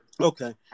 Okay